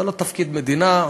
זה לא תפקיד המדינה,